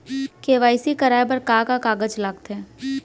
KYC कराये बर का का कागज लागथे?